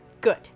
Good